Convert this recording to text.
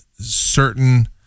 certain